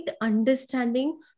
understanding